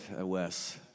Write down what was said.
Wes